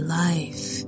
life